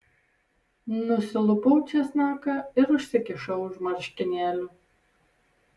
nusilupau česnaką ir užsikišau už marškinėlių